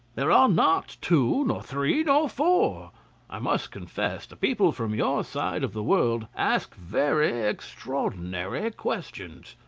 there are not two, nor three, nor four. i must confess the people from your side of the world ask very extraordinary questions.